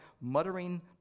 muttering